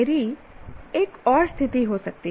मेरी एक और स्थिति हो सकती है